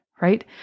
right